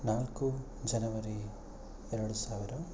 ನಾಲ್ಕು ಜನವರಿ ಎರಡು ಸಾವಿರ